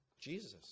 Jesus